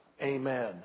Amen